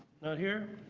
not here?